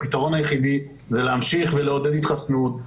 הפתרון היחידי זה להמשיך ולעודד התחסנות,